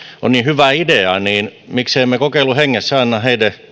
ovat niin hyviä ideoita niin miksi emme kokeiluhengessä anna heille